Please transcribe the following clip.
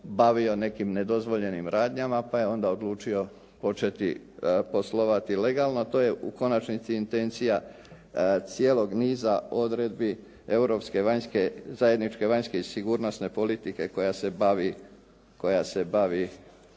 bavio nekim nedozvoljenim radnjama pa je onda odlučio poslovati legalno. To je u konačnici intencija cijelog niza odredbi europske vanjske, zajedničke vanjske i sigurnosne politike koja se bavi